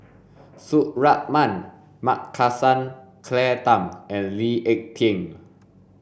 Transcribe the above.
Suratman Markasan Claire Tham and Lee Ek Tieng